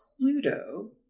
Pluto